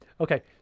okay